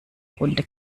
runde